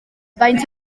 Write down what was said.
faint